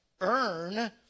earn